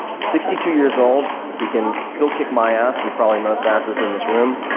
sixty two years old. he can still kick my ass and probably most asses in this room.